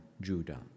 Judah